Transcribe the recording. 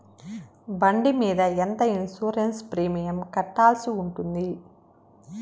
బండి మీద ఎంత ఇన్సూరెన్సు ప్రీమియం కట్టాల్సి ఉంటుంది?